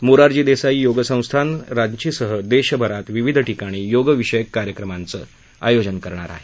मोरारजी देसाई योग संस्थान रांचीसह देशभरात विविध ठिकाणी योगविषयक कार्यक्रमाचं आयोजन केलं आहे